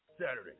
Saturday